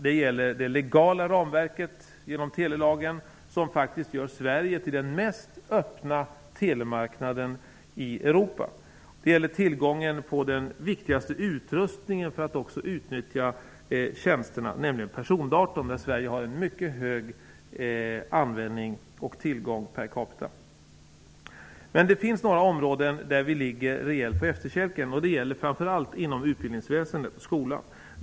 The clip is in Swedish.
Det gäller det legala ramverket genom telelagen, som faktiskt gör Sverige till den mest öppna telemarknaden i Europa. Det gäller tillgången på den viktigaste utrustningen för att kunna utnyttja tjänsterna, nämligen persondatorn. Sverige har en mycket hög tillgång och användning per capita. Men det finns några områden där vi ligger rejält på efterkälken. Det gäller framför allt inom utbildningsväsendet.